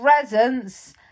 presents